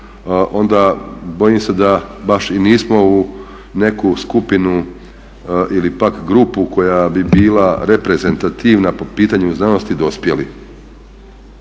onda bojim se da baš i nismo u neku skupinu ili pak grupu koja bi bila reprezentativna po pitanju znanosti dospjeli.